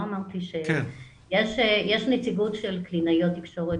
לא אמרתי ש- -- יש נציגות של קלינאיות תקשורת,